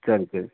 சரி சரி